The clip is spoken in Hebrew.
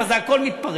הכול מתפרק.